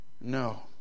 No